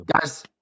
guys